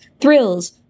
thrills